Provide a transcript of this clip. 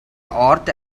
art